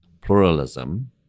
pluralism